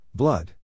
Blood